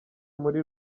muri